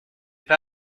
pas